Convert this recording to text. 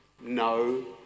No